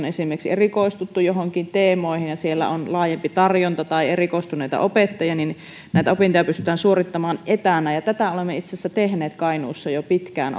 esimerkiksi erikoistuttu joihinkin teemoihin ja joissa on laajempi tarjonta tai erikoistuneita opettajia opintoja suorittamaan etänä tätä olemme itse asiassa tehneet kainuussa jo pitkään